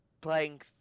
playing